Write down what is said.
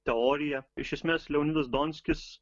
teorija iš esmės leonidas donskis